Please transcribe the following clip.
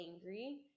angry